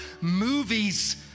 movies